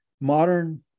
modern